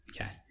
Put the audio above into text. okay